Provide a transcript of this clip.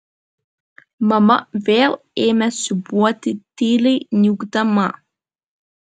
mama vėl ėmė siūbuoti tyliai niūkdama